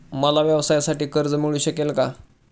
मला व्यवसायासाठी कर्ज मिळू शकेल का?